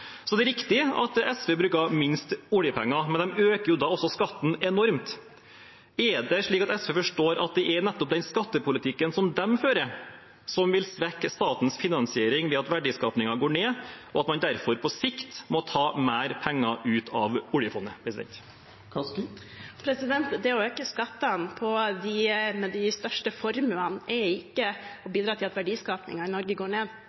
Det er riktig at SV bruker minst oljepenger, men de øker også skattene enormt. Forstår SV at det er nettopp den skattepolitikken de fører, som vil svekke statens finansiering ved at verdiskapingen går ned, og at man derfor på sikt må ta mer penger ut av oljefondet? Det å øke skattene til dem med de største formuene, er ikke å bidra til at verdiskapingen i Norge går ned,